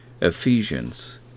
Ephesians